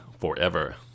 forever